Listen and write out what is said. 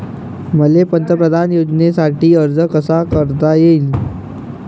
मले पंतप्रधान योजनेसाठी अर्ज कसा कसा करता येईन?